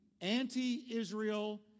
anti-Israel